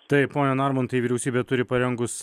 taip pone narmontai vyriausybė turi parengus